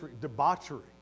debauchery